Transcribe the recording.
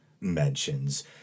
mentions